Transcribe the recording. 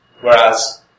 whereas